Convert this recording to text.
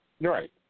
Right